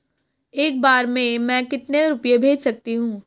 एक बार में मैं कितने रुपये भेज सकती हूँ?